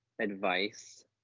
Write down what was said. advice